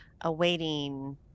awaiting